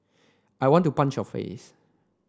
I want to punch your face